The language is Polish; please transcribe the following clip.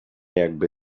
jakby